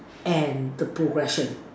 and the progression